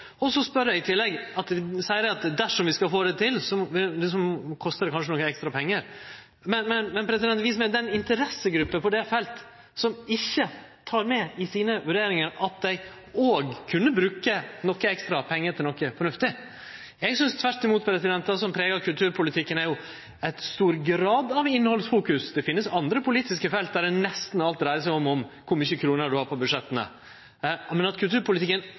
I tillegg seier dei at dersom vi skal få det til, kostar det kanskje nokre ekstra pengar. Men vis meg den interessegruppa på det feltet som ikkje tek med i sine vurderingar at dei òg kunne bruke nokre ekstra pengar til noko fornuftig. Eg synest tvert imot at det som pregar kulturpolitikken, er ei stor grad av innhaldsfokus. Det finst andre politiske felt der nesten alt dreiar seg om kor mange kroner du har i budsjetta, men at kulturpolitikken